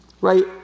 right